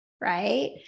Right